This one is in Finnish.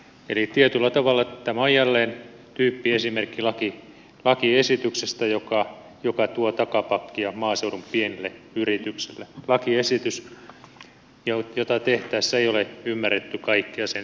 eli tietyllä tavalla tämä on jälleen tyyppiesimerkki lakiesityksestä joka tuo takapakkia maaseudun pienille yrityksille lakiesitys jota tehtäessä ei ole ymmärretty kaikkia sen seurausvaikutuksia